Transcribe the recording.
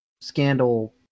scandal